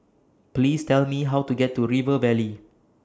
Please Tell Me How to get to River Valley